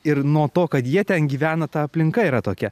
ir nuo to kad jie ten gyvena ta aplinka yra tokia